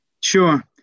Sure